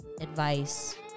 advice